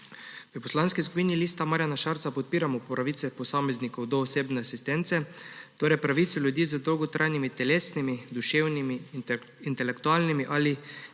V Poslanski skupini Liste Marjana Šarca podpiramo pravice posameznikov do osebne asistence, torej pravico ljudi z dolgotrajnimi telesnimi, duševnimi, intelektualnimi ali